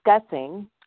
discussing